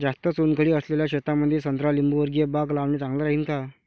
जास्त चुनखडी असलेल्या शेतामंदी संत्रा लिंबूवर्गीय बाग लावणे चांगलं राहिन का?